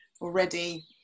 already